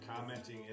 commenting